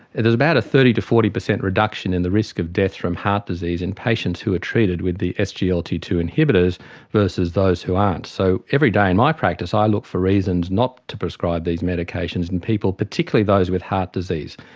is about a thirty percent to forty percent reduction in the risk of death from heart disease in patients who are treated with the s g l t two inhibitors versus those who aren't. so every day in my practice i look for reasons not to prescribe these medications in people, particularly those with heart disease.